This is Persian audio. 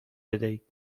بدهید